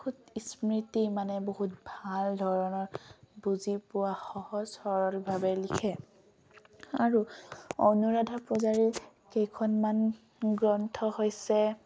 বহুত স্মৃতি মানে বহুত ভাল ধৰণৰ বুজি পোৱা সহজ সৰলভাৱে লিখে আৰু অনুৰাধা পূজাৰীৰ কেইখনমান গ্ৰন্থ হৈছে